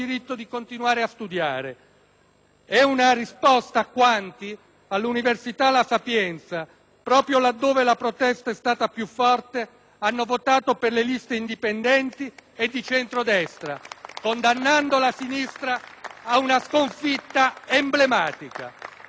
È una risposta a quanti all'università La Sapienza, proprio laddove la protesta è stata più forte, hanno votato per le liste indipendenti e di centro-destra, condannando la sinistra ad una sconfitta emblematica. *(Vivi,